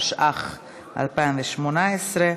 התשע"ח 2018,